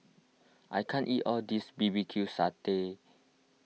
I can't eat all of this B B Q Sambal Sting Ray